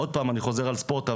עוד פעם אני חוזר על ספורט,